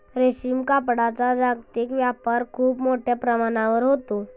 रेशीम कापडाचा जागतिक व्यापार खूप मोठ्या प्रमाणावर होतो